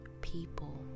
people